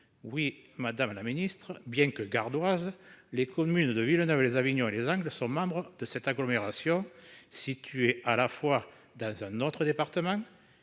Oui, madame la Ministre, bien que gardoise. Les communes de Villeneuve-lès-Avignon et les Anglais sont membres de cette agglomération, située à la fois dans un autre département,